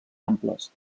amples